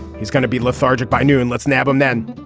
he's gonna be lethargic by noon let's nab him then.